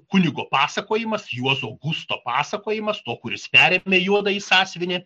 kunigo pasakojimas juozo gusto pasakojimas to kuris perėmė juodąjį sąsiuvinį